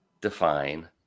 define